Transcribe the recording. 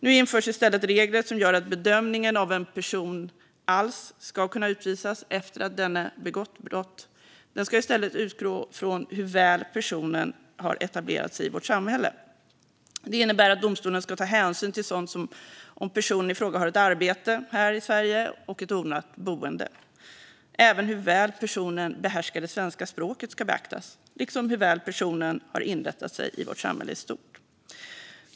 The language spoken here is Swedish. Nu införs i stället regler som gör att bedömningen av om en person alls ska kunna utvisas efter att denne har begått något brott ska i stället utgå från hur väl personen har etablerat sig i vårt samhälle. Det innebär att domstolen ska ta hänsyn till sådant som om personen i fråga har ett arbete här i Sverige och ett ordnat boende. Även hur väl personen behärskar svenska språket ska beaktas, liksom hur väl personen har inrättat sig i vårt samhälle i stort.